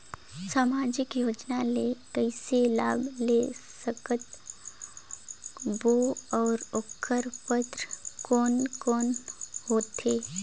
समाजिक योजना ले कइसे लाभ ले सकत बो और ओकर पात्र कोन कोन हो थे?